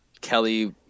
Kelly